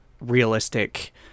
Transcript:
realistic